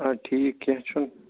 اَدٕ ٹھیٖک کیٚنٛہہ چھُنہٕ